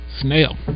Snail